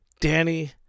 Danny